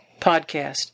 Podcast